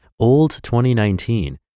OLD2019